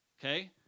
okay